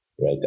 right